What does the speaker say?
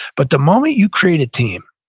but the moment you create a team,